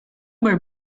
were